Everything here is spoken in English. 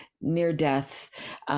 near-death